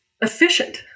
efficient